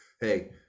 hey